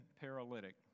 paralytic